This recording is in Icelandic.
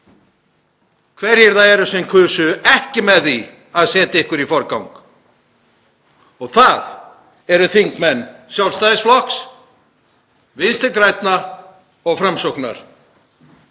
hverjir það eru sem kusu ekki með því að setja ykkur í forgang. Það eru þingmenn Sjálfstæðisflokks, Vinstri grænna og Framsóknar.